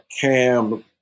cam